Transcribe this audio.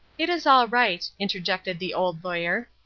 it is all right, interjected the old lawyer.